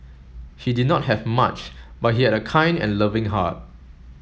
he did not have much but he had a kind and loving heart